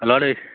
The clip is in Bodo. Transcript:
हेल्ल' आदै